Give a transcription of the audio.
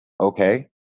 Okay